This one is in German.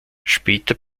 später